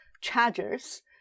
chargers